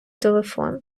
телефон